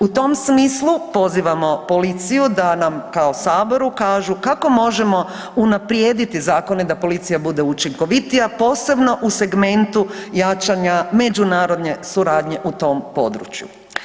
U tom smislu pozivamo policiju da nam kao saboru kažu kako možemo unaprijediti zakone da policija bude učinkovitija posebno u segmentu jačanja međunarodne suradnje u tom području.